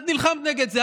את נלחמת נגד זה,